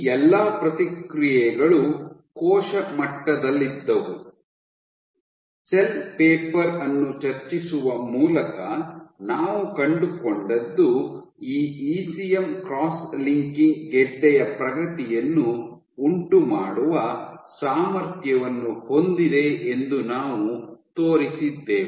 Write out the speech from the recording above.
ಈ ಎಲ್ಲಾ ಪ್ರತಿಕ್ರಿಯೆಗಳು ಕೋಶ ಮಟ್ಟದಲ್ಲಿದ್ದವು ಸೆಲ್ ಪೇಪರ್ ಅನ್ನು ಚರ್ಚಿಸುವ ಮೂಲಕ ನಾವು ಕಂಡುಕೊಂಡದ್ದು ಈ ಇಸಿಎಂ ಕ್ರಾಸ್ ಲಿಂಕಿಂಗ್ ಗೆಡ್ಡೆಯ ಪ್ರಗತಿಯನ್ನು ಉಂಟುಮಾಡುವ ಸಾಮರ್ಥ್ಯವನ್ನು ಹೊಂದಿದೆ ಎಂದು ನಾವು ತೋರಿಸಿದ್ದೇವೆ